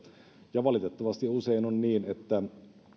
valitettavasti usein on niin että